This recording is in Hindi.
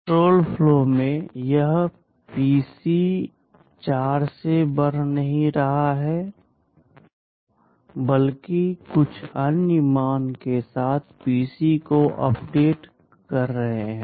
अब कण्ट्रोल फ्लो में यह पीसी 4 से बढ़ नहीं रहा है बल्कि आप कुछ अन्य मान के साथ पीसी को अपडेट कर रहे हैं